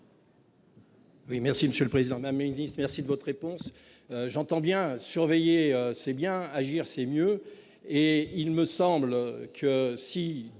merci Monsieur. Le président ma. Merci de votre réponse. J'entends bien surveillée, c'est bien, agir c'est mieux et il me semble que si